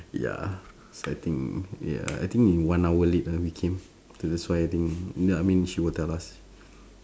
ya I think yeah I think we one hour late ah we came so that's why I think ya I mean she will tell us